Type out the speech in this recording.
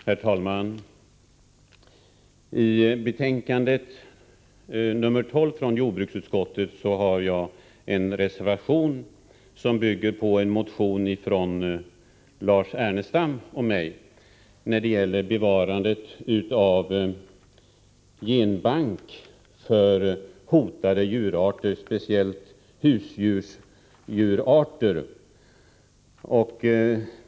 Herr talman! I betänkande 12 från jordbruksutskottet har jag en reservation som bygger på en motion av Lars Ernestam och mig beträffande inrättande av en genbank för bevarande av hotade djurarter, speciellt husdjur.